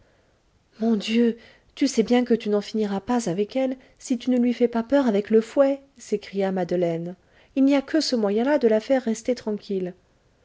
mon dieu tu sais bien que tu n'en finiras pas avec elle si tu ne lui fais pas peur avec le fouet s'écria madeleine il n'y a que ce moyen là de la faire rester tranquille